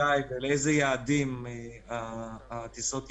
מתי ולאיזה יעדים הטיסות ייפתחו,